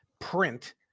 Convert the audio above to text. print